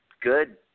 Good